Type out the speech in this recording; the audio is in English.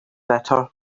bitter